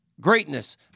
greatness